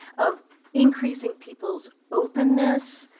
of increasing people's openness.